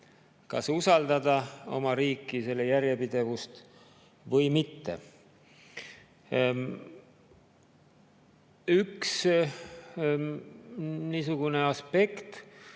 kas usaldada oma riiki, selle järjepidevust või mitte. Üks niisugune aspekt,